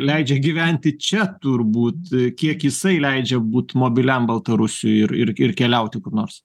leidžia gyventi čia turbūt kiek jisai leidžia būt mobiliam baltarusiui ir ir ir keliauti kur nors